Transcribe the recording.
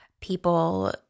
people